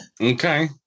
Okay